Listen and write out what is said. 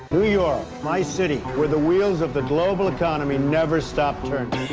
new york my city, where the wheels of the global economy never stop turning.